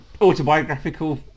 autobiographical